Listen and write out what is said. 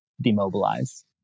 demobilize